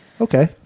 Okay